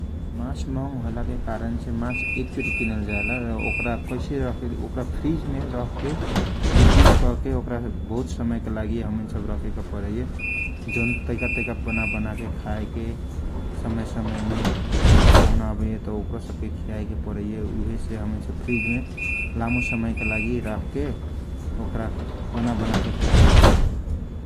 मास महंगा होयला के कारनछे मास एक चोटी किने जायला ओकरा फ्रीज मे राखके डीफ्रीज कके बहुत समय के लागी हमइन सबके रखेके परइए जौन तइका तइका बना बना के खाए के समय समय पाहुना सब बइए त उहो सबके बना बना के खियाए के पराइए ।